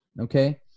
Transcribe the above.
Okay